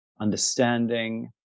understanding